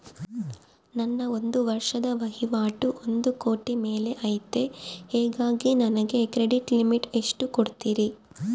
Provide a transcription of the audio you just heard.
ನನ್ನ ಒಂದು ವರ್ಷದ ವಹಿವಾಟು ಒಂದು ಕೋಟಿ ಮೇಲೆ ಐತೆ ಹೇಗಾಗಿ ನನಗೆ ಕ್ರೆಡಿಟ್ ಲಿಮಿಟ್ ಎಷ್ಟು ಕೊಡ್ತೇರಿ?